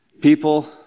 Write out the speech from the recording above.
people